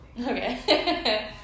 Okay